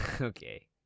Okay